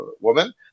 woman